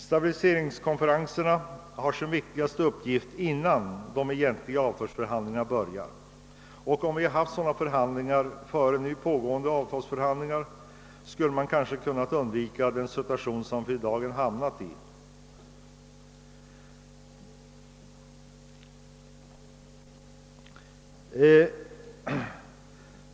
Stabiliseringskonferenserna har sin viktigaste uppgift innan de egentliga avtalsförhandlingarna börjar. Om vi haft sådana konferenser före nu pågående avtalsförhandlingar, skulle vi kanske ha kunnat undvika den situation som vi för dagen hamnat i.